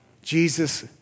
Jesus